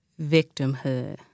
victimhood